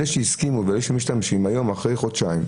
אלה שהסכימו ואלה שמשתמשים, היום, אחרי חודשיים,